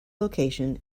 location